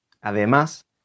Además